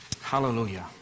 Hallelujah